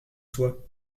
soi